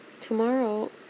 tomorrow